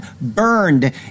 burned